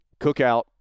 Cookout